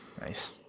nice